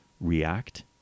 react